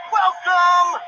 welcome